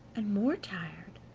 and more tired,